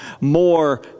more